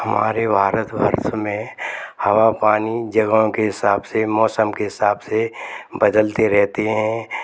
हमारे भारत वर्ष में हवा पानी जगह के हिसाब से मौसम के हिसाब से बदलते रहते हैं